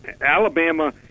Alabama